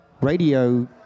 radio